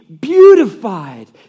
beautified